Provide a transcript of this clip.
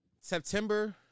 September